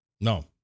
No